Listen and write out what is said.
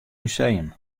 museum